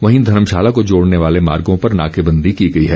वहीं धर्मशाला को र्जोड़ने वाले मार्गों पर नाकेबंदी की गई है